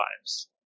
lives